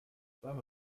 warme